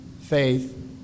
faith